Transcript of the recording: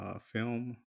Film